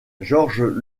georges